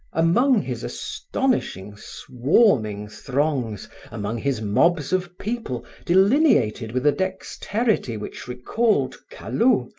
among his astonishing, swarming throngs among his mobs of people delineated with a dexterity which recalled callot,